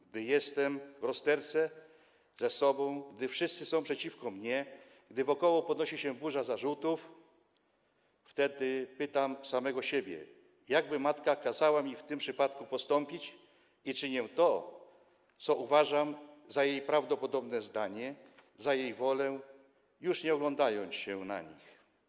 Gdy jestem w rozterce ze sobą, gdy wszyscy są przeciwko mnie, gdy wokoło podnosi się burza zarzutów, wtedy pytam samego siebie, jak by matka kazała mi w tym przypadku postąpić, i czynię to, co uważam za jej prawdopodobne zdanie, za jej wolę, już nie oglądając się na nic.